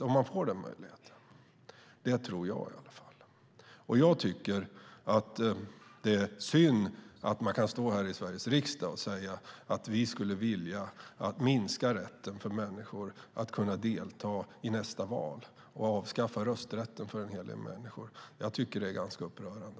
Det tror jag, och det är synd att man kan stå i Sveriges riksdag och säga att man skulle vilja minska möjligheten att kunna delta i val genom att avskaffa rösträtten för en hel del människor. Jag tycker ärligt talat att det är ganska upprörande.